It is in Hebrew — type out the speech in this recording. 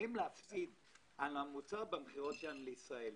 להפסיד על המוצר במכירות שלהם לישראל.